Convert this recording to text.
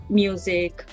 music